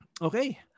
Okay